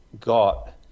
got